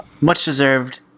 much-deserved